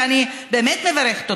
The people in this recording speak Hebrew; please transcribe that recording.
ואני באמת מברכת אותו,